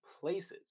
places